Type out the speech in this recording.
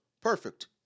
Perfect